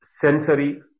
sensory